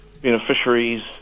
beneficiaries